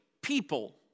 people